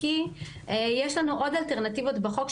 כי יש לנו עוד אלטרנטיבות בחוק,